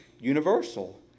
universal